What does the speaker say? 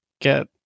get